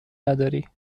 نداری